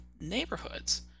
neighborhoods